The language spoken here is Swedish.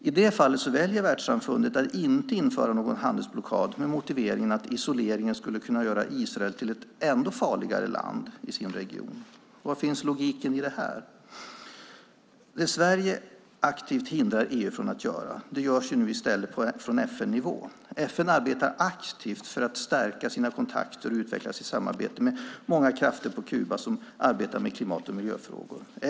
I det fallet väljer världssamfundet att inte införa någon handelsblockad med motiveringen att isoleringen skulle kunna göra Israel till ett ännu farligare land i sin region. Var finns logiken i det? Det Sverige aktivt hindrar EU från att göra görs nu i stället på FN-nivå. FN arbetar aktivt för att stärka sina kontakter och utveckla sitt samarbete med många krafter på Kuba som arbetar med klimat och miljöfrågor.